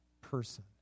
person